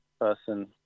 person